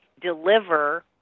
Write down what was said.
deliver